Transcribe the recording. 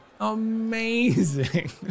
amazing